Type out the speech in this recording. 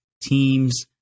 teams